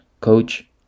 coach